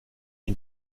ihn